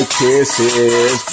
kisses